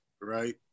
right